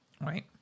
right